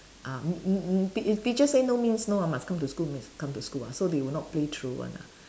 ah m~ m~ m~ if teacher say no means no ah must come to school means come to school ah so they will not play truant ah